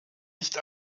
nicht